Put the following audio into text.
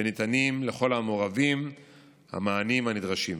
וניתנים לכל המעורבים המענים הנדרשים.